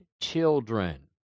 children